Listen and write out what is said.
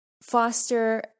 foster